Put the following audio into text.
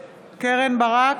ברק,